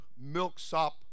milksop